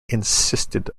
insisted